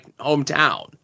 hometown